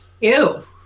Ew